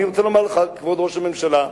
כבוד ראש הממשלה,